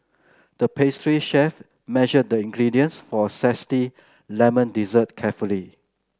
the pastry chef measured the ingredients for a zesty lemon dessert carefully